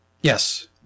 Yes